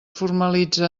formalitza